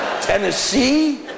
Tennessee